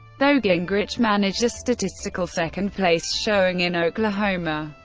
though gingrich managed a statistical second place showing in oklahoma.